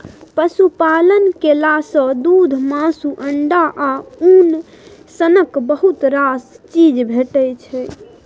पशुपालन केला सँ दुध, मासु, अंडा आ उन सनक बहुत रास चीज भेटै छै